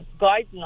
guidelines